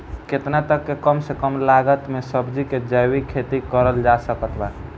केतना तक के कम से कम लागत मे सब्जी के जैविक खेती करल जा सकत बा?